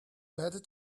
better